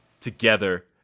together